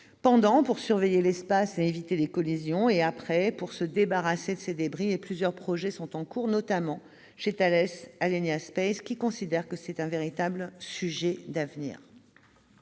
pendant, pour surveiller l'espace et éviter les collisions, et après, pour se débarrasser de ces débris. Plusieurs projets sont en cours, notamment chez Thales Alenia Space, qui considère cette question comme un véritable sujet d'avenir.